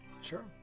Sure